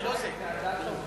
סעיף 1 נתקבל.